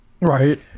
Right